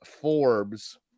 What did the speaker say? Forbes